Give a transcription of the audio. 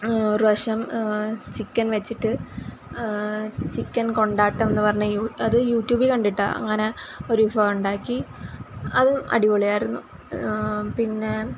ഒരു പ്രാവശ്യം ചിക്കന് വെച്ചിട്ട് ചിക്കന് കൊണ്ടാട്ടം എന്ന് പറഞ്ഞ് യൂ അത് യൂറ്റൂബിൽ കണ്ടിട്ട് അങ്ങനെ ഒരു വിഭവമുണ്ടാക്കി അത് അടിപൊളിയായിരുന്നു പിന്നെ